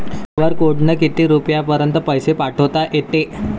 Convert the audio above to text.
QR कोडनं किती रुपयापर्यंत पैसे पाठोता येते?